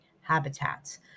habitats